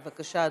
בבקשה,